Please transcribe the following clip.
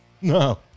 No